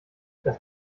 das